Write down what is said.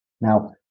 Now